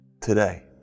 today